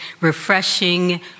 refreshing